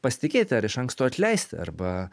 pasitikėti ar iš anksto atleisti arba